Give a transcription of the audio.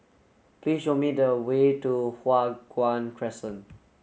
please show me the way to Hua Guan Crescent